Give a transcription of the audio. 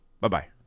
Bye-bye